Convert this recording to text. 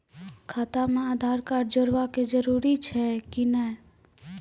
खाता म आधार कार्ड जोड़वा के जरूरी छै कि नैय?